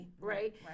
Right